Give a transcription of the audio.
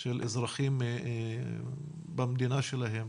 של אזרחים במדינה שלהם.